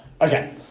Okay